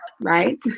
Right